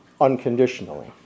unconditionally